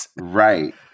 Right